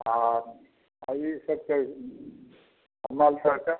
आ ई सबके कमल सबके